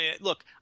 look